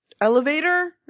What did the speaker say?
elevator